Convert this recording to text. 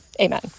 amen